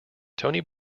tony